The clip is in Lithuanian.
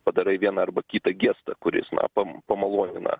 padarai vieną arba kitą gestą kuris na pa pamalonina